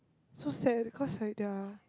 so sad cause like their